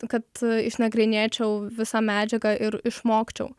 kad išnagrinėčiau visą medžiagą ir išmokčiau